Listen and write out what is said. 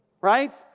right